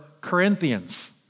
Corinthians